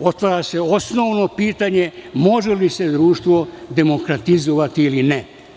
otvara se osnovno pitanje - može li se društvo demokratizovati ili ne?